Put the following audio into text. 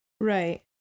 Right